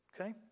Okay